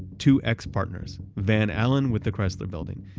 two ex-partners, van alen with the chrysler building,